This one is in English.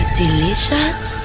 delicious